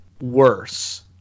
worse